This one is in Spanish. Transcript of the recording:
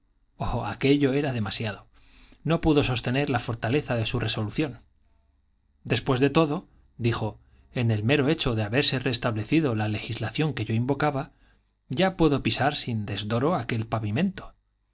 oh aquello era demasiado no pudo sostener la fortaleza de su resolución después de todo dijo en el mero hecho de haberse restablecido la legislación que yo invocaba ya puedo pisar sin desdoro aquel pavimento